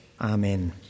Amen